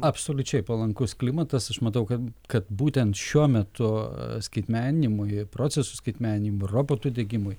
absoliučiai palankus klimatas aš matau kad kad būtent šiuo metu skaitmeninimui procesų skaitmeninimo robotų degimui